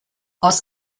aus